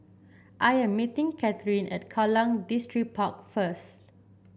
I am meeting Katheryn at Kallang Distripark first